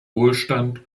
wohlstand